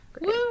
Woo